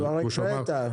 כבר הקראת.